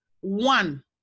one